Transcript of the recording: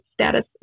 status